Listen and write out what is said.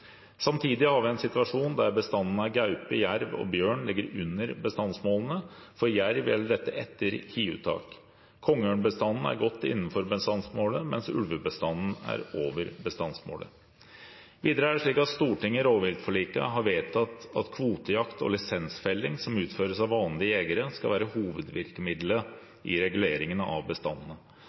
Samtidig har vi en situasjon der bestanden av gaupe, jerv og bjørn ligger under bestandsmålene. For jerv gjelder dette etter hiuttak. Kongeørnbestanden er godt innenfor bestandsmålet, mens ulvebestanden er over bestandsmålet. Videre er det slik at Stortinget i rovviltforliket har vedtatt at kvotejakt og lisensfelling, som utføres av vanlige jegere, skal være hovedvirkemiddelet i reguleringen av bestandene.